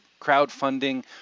crowdfunding